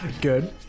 Good